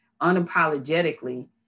unapologetically